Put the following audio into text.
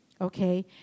Okay